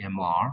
MR